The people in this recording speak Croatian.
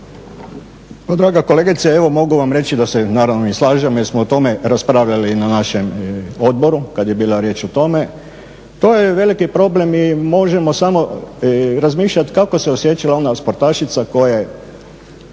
Draga kolegice mogu vam reći da se naravno i slažem jer smo o tome raspravljali na našem odboru kad je bila riječ o tome. To je veliki problem i možemo samo razmišljati kako se osjećala ona sportašica koja je